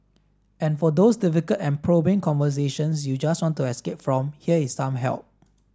and for those difficult and probing conversations you just want to escape from here is some help